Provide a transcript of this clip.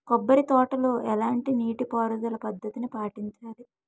కొబ్బరి తోటలో ఎలాంటి నీటి పారుదల పద్ధతిని పాటించాలి?